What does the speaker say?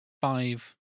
five